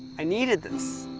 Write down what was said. i needed this.